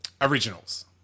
Originals